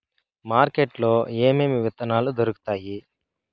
market లో ఏమేమి విత్తనాలు దొరుకుతాయి